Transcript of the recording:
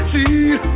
See